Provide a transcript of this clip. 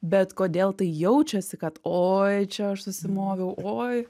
bet kodėl tai jaučiasi kad oi čia aš susimoviau oi